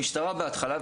המשטרה בהתחלה,